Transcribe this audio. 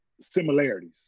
similarities